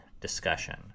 discussion